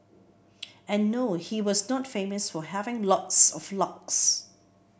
and no he was not famous for having lots of locks